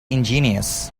ingenious